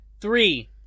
Three